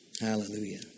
Hallelujah